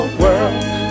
world